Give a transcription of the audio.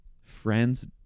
friends